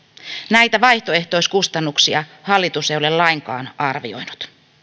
näitä vaihtoehtoiskustannuksia hallitus ei ole lainkaan arvioinut